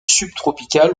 subtropicales